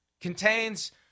contains